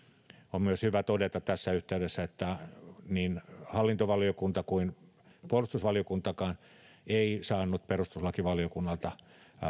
on myös hyvä todeta tässä yhteydessä että niin hallintovaliokunta kuin puolustusvaliokuntakaan ei saanut perustuslakivaliokunnalta